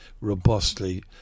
robustly